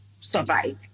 survive